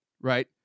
Right